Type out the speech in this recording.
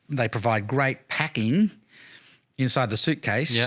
they provide great packing inside the suitcase. yeah.